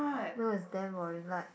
no it's damn boring like